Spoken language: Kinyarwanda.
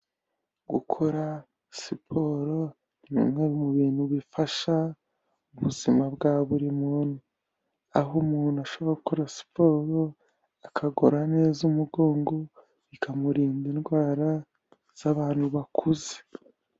Gukora siporo ni bimwe mu bintu bifasha mu buzima bwa buri muntu, aho umuntu ashobora gukora siporo akagorora neza umugongo bikamurinda indwara z'abantu bakuze.